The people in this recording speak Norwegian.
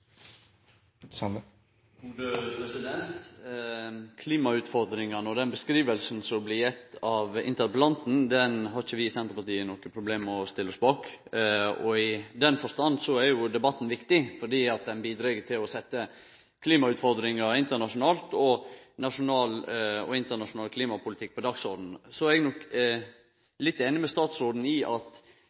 Klimautfordringane og den beskrivinga som blir gjeve av interpellanten, har ikkje vi i Senterpartiet noko problem med å stille oss bak. I den forstand er debatten viktig, fordi han bidreg til å setje klimautfordringa internasjonalt og nasjonal og internasjonal klimapolitikk på dagsordenen. Så er eg litt einig med statsråden i at